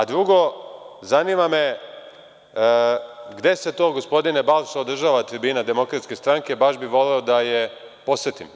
Drugo, zanima me – gde se to, gospodine Balša, održava tribina Demokratske stranke, baš bih voleo da je posetim?